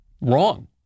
Wrong